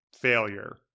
failure